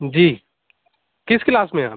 جی کس کلاس میں ہیں آپ